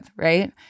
right